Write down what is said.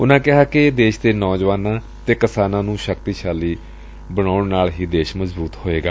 ਉਨਾਂ ਕਿਹਾ ਕਿ ਦੇਸ਼ ਦੇ ਨੌਜਵਾਨਾਂ ਅਤੇ ਕਿਸਾਨਾਂ ਨੂੰ ਸ਼ਕਤੀਸ਼ਾਲੀ ਬਣਾਉਣ ਨਾਲ ਹੀ ਦੇਸ਼ ਮਜ਼ਬੁਤ ਹੋਵੇਗਾ